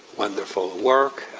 wonderful work.